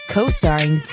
Co-starring